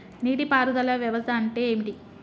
నీటి పారుదల వ్యవస్థ అంటే ఏంటి?